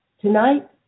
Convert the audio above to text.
Tonight